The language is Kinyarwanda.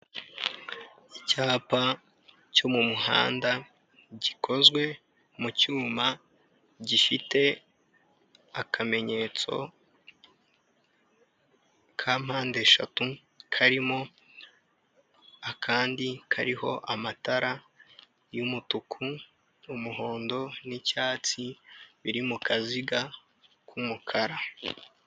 Icyapa cyo mu muhanda gikozwe mu cyuma gifite akamenyetso kampande eshatu, karimo akandi kariho amatara y'umutuku n'umuhondo n'icyatsi, biri mu kaziga k'umukara.